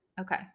Okay